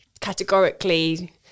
categorically